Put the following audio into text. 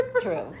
True